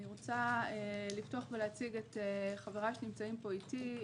אני רוצה לפתוח ולהציג את חבריי שנמצאים פה איתי.